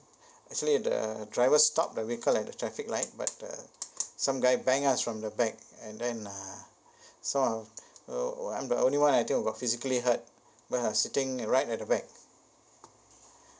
actually the driver stop the red colour at the traffic light but the some guy bang us from the back and then uh so I so I'm the only one I think have physically hurt because I sitting right at the back